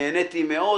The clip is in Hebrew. נהניתי מאוד,